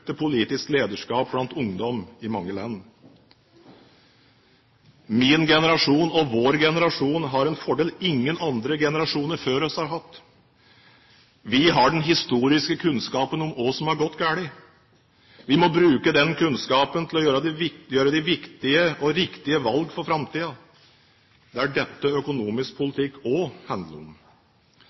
politisk lederskap blant ungdom i mange land. Min generasjon og vår generasjon har en fordel ingen andre generasjoner før oss har hatt. Vi har den historiske kunnskapen om hva som har gått galt. Vi må bruke den kunnskapen til å gjøre de viktige og riktige valg for framtiden. Det er dette økonomisk politikk også handler om.